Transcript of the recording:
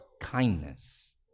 kindness